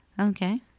Okay